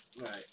right